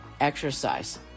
exercise